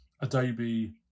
Adobe